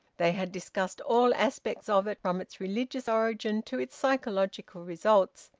they had discussed all aspects of it, from its religious origin to its psychological results,